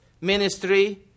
ministry